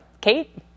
Kate